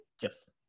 Yes